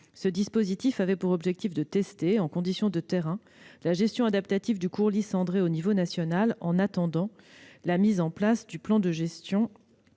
Ce dispositif avait pour objectif de tester, en conditions de terrain, la gestion adaptative du courlis cendré au niveau national en attendant la mise en place du plan international